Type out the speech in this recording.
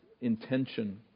intention